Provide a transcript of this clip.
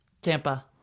Tampa